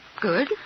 Good